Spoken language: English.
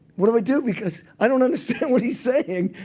what do i do, because i don't understand what he's saying?